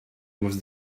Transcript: was